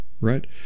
right